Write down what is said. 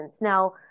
Now